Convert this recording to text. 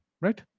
Right